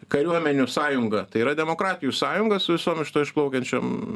kariuomenių sąjunga tai yra demokratijų sąjunga su visom iš to išplaukiančiom